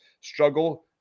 struggle